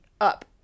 up